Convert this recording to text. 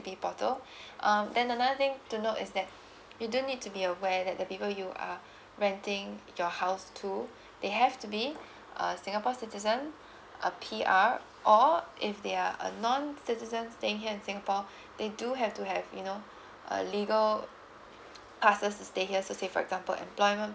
portal um then another thing to note is that you do need to be aware that the people you are renting your house too they have to be a singapore citizen a P_R or if they are a non citizern and stay here in singapore they do have to have you know a legal pass to stay here so say for example employment